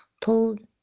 pulled